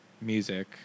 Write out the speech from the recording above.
music